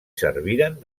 serviren